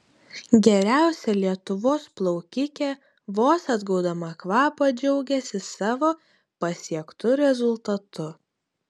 geriausia lietuvos plaukikė vos atgaudama kvapą džiaugėsi savo pasiektu rezultatu